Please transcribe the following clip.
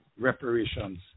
reparations